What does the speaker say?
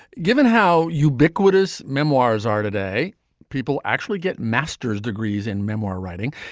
given how ubiquitous memoirs are today people actually get master's degrees in memoir writing.